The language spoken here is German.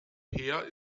peer